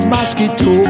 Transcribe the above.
Mosquito